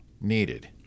needed